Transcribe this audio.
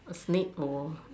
snake or